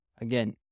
Again